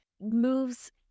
moves